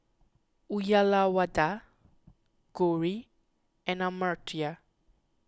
Uyyalawada Gauri and Amartya